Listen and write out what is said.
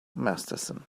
masterson